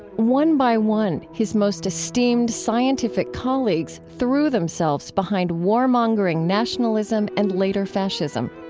one by one, his most esteemed scientific colleagues threw themselves behind warmongering nationalism and, later, fascism.